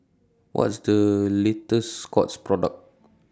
What IS The latest Scott's Product